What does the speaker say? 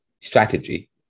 strategy